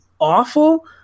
awful